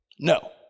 No